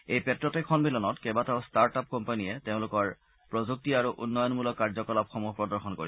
এই প্ট্ৰেটেক সন্মিলনত কেইবাটাও ষ্টাৰ্টআপ কোম্পানীয়ে তেওঁলোকৰ প্ৰযুক্তি আৰু উন্নয়নমূলক কাৰ্যকলাপ সমূহ প্ৰদৰ্শন কৰিব